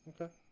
okay